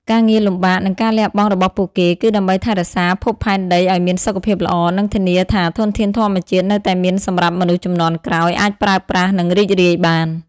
ការងារលំបាក និងការលះបង់របស់ពួកគេ គឺដើម្បីថែរក្សាភពផែនដីឲ្យមានសុខភាពល្អ និងធានាថាធនធានធម្មជាតិនៅតែមានសម្រាប់ មនុស្សជំនាន់ក្រោយ អាចប្រើប្រាស់ និងរីករាយបាន។